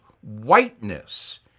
Whiteness